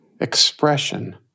expression